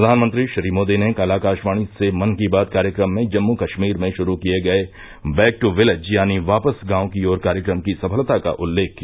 प्रधानमंत्री श्री मोदी ने कल आकाशवाणी से मन की बात कार्यक्रम में जम्मू कश्मीर में शुरू किए गए बैक ट् विलेज यानी वापस गांव की ओर कार्यक्रम की सफलता का उल्लेख किया